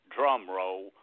drumroll